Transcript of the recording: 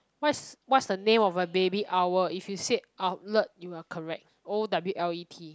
what's what's a name of a baby owl if you say owlet you are correct O W L E T